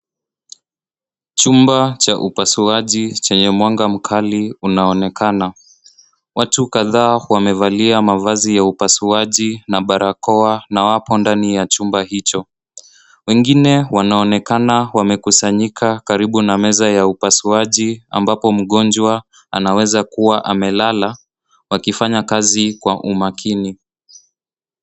Chumba cha upasuaji chenye mwanga mkali unaonekana. Watu kadhaa wamevalia mavazi ya upasuaji na barakoa na wapo ndani ya chumba hicho. Wengine wanaonekana wamekusanyika karibu na meza ya upasuaji ambapo mgonjwa anaweza kuwa amelala, wakifanya kazi kwa umakini.